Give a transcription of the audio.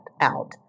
out